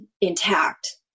intact